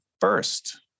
first